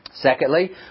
Secondly